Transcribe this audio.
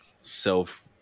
self